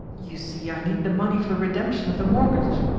you see, i need the money for the redemption of the mortgage.